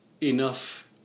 enough